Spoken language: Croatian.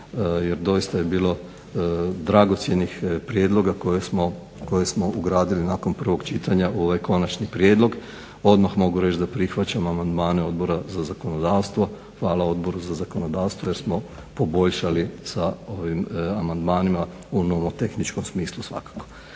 jer doista je bilo dragocjenih prijedloga koje smo ugradili nakon prvog čitanja u ovaj konačni prijedlog. Odmah mogu reći da prihvaćamo amandmane Odbora za zakonodavstvo. Hvala Odboru za zakonodavstvo jer smo poboljšali sa ovim amandmanima u nomotehničkom smislu svakako.